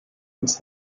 uns